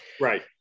right